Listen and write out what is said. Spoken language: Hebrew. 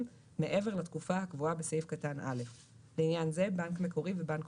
מעבר לתקופה הקבועה בסעיף קטן (א); ל עניין זה "בנק מקורי" ו"בנק